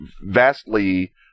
vastly